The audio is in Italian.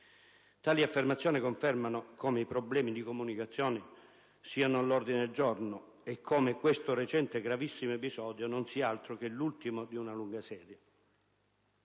Tali affermazioni confermano come i problemi di comunicazione siano all'ordine del giorno e come questo recente, gravissimo episodio non sia altro che l'ultimo di una lunga serie.